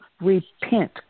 repent